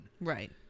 Right